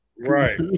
Right